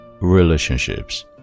relationships